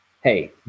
hey